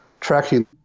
tracking